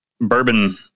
bourbon